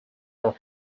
our